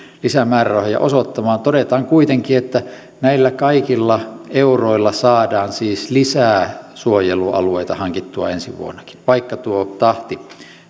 lisämäärärahoja osoittamaan todetaan kuitenkin että näillä kaikilla euroilla saadaan siis lisää suojelualueita hankittua ensi vuonnakin vaikka tahti